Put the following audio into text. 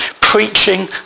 preaching